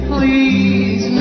Please